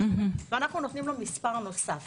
ונותנים לו מספר נוסף.